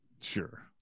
sure